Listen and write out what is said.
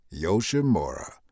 Yoshimura